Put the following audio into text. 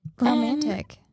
romantic